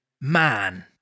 Man